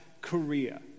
Korea